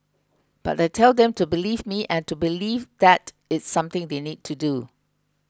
but I tell them to believe me and to believe that it's something they need to do